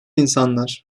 insanlar